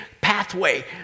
pathway